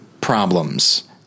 problems